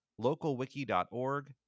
localwiki.org